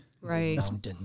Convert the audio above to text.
Right